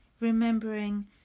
remembering